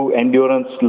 endurance